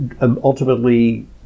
ultimately